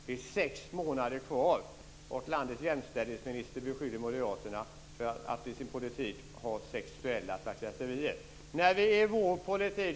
Det är sex månader kvar till valet, och landets jämställdhetsminister beskyller Moderaterna för att ha sexuella trakasserier i sin politik.